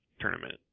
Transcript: tournament